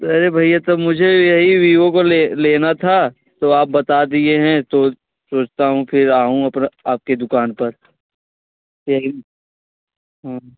अरे भैया तब मुझे यहीं विवो को ले लेना था तो आप बता दिए हैं तो सोचता हूँ फ़िर आऊँ पर आपके दुकान पर यहीं